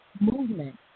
Movement